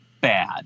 Bad